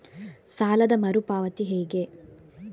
ಸಾಲದ ಮರು ಪಾವತಿ ಹೇಗೆ?